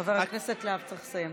חבר הכנסת להב, צריך לסיים.